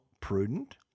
prudent